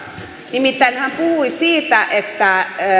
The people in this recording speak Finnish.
nimittäin hän puhui siitä että